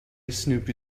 snoopy